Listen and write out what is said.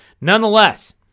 Nonetheless